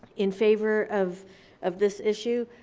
in favor of of this issue.